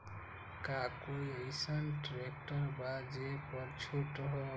का कोइ अईसन ट्रैक्टर बा जे पर छूट हो?